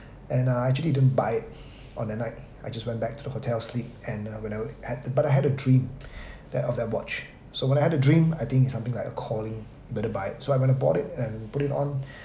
and uh I actually didn't buy it on that night I just went back to the hotel sleep and uh when I wake had uh but I had a dream that of that watch so when I had a dream I think is something like a calling better buy it so I went to bought it and put it on